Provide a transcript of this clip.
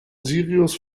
sirius